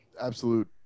absolute